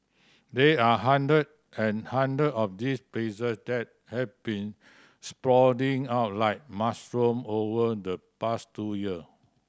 there are hundred and hundred of these places that have been sprouting up like mushroom over the past two year